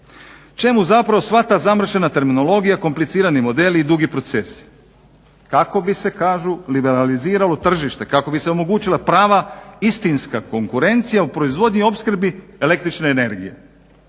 Čemu zapravo sva ta zamršena terminologija, komplicirani modeli i dugi procesi? Kako bi se kažu liberaliziralo tržište, kako bi se omogućila prava istinska konkurencija u proizvodnji i opskrbi električne energije.